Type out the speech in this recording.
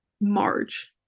March